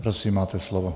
Prosím, máte slovo.